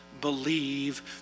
believe